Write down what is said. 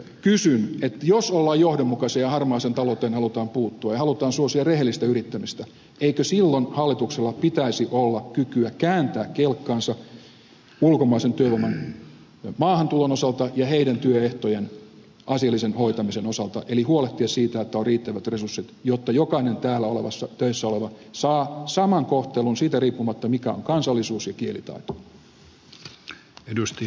jos ollaan johdonmukaisia ja harmaaseen talouteen halutaan puuttua ja halutaan suosia rehellistä yrittämistä eikö silloin hallituksella pitäisi olla kykyä kääntää kelkkansa ulkomaisen työvoiman maahantulon osalta ja sen työehtojen asiallisen hoitamisen osalta eli huolehtia siitä että on riittävät resurssit jotta jokainen täällä töissä oleva saa saman kohtelun siitä riippumatta mikä on kansallisuus ja kielitaito